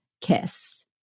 Kiss